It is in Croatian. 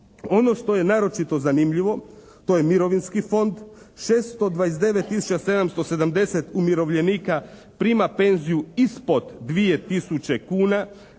Ono što je naročito zanimljivo to je Mirovinski fond. 629 tisuća 770 umirovljenika prima penziju ispod 2000 kuna.